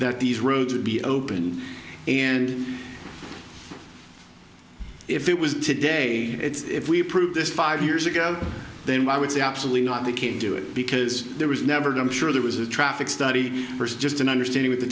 that these roads would be open and if it was today it's if we approve this five years ago then why would say absolutely not they can't do it because there was never done sure there was a traffic study first just an understanding